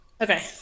Okay